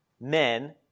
men